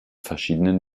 verschiedenen